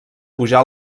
pujar